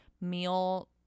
meal